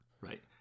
Right